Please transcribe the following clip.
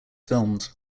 filmed